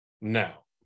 now